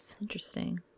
Interesting